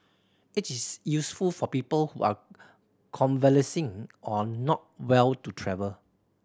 it is useful for people who are convalescing or not well to travel